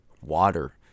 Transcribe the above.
water